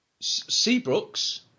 Seabrooks